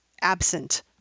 absent